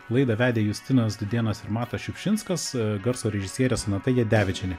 laidą vedė justinas dudėnas ir matas šiupšinskas garso režisierė sonata jadevičienė